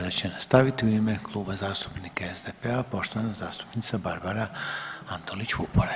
Sada će nastaviti u ime Kluba zastupnika SDP-a poštovana zastupnica Barbara Antolić Vupora.